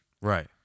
Right